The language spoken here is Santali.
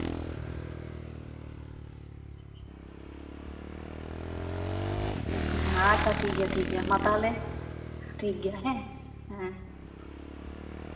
ᱟᱪᱪᱷᱟ ᱴᱷᱤᱠᱜᱮᱭᱟ ᱴᱷᱤᱠᱜᱮᱭᱟ ᱢᱟ ᱛᱟᱦᱚᱞᱮ ᱴᱷᱤᱠᱜᱮᱭᱟ ᱦᱮᱸ ᱦᱮᱸ